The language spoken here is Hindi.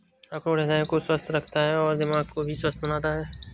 अखरोट हृदय को स्वस्थ रखता है तथा दिमाग को भी स्वस्थ बनाता है